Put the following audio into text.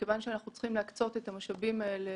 ומכיוון שאנחנו צריכים להקצות את המשאבים האלה